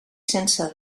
sense